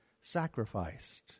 sacrificed